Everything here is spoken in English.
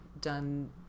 done